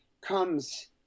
Comes